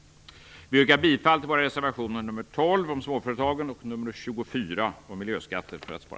För att spara tid yrkar vi bifall bara till våra reservationer nr 12 om småföretagen och nr 24 om miljöskatter.